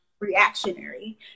reactionary